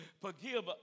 Forgive